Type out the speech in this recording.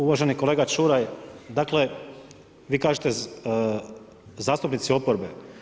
Uvaženi kolega Čuraj, dakle, vi kažete zastupnici oporbe.